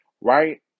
right